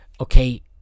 okay